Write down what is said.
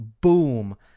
boom